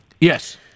Yes